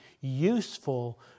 useful